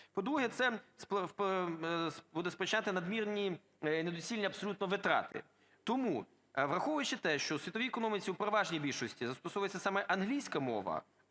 По-друге, це буде спричиняти надмірні, недоцільні абсолютно витрати. Тому, враховуючи те, що у світовій економіці, в переважній більшості, застосовується саме англійська мова,